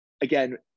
again